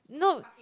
no